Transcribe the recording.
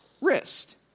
wrist